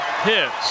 hits